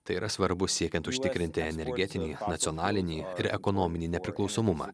tai yra svarbu siekiant užtikrinti energetinį nacionalinį ir ekonominį nepriklausomumą